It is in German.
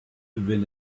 wenn